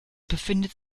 befindet